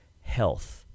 health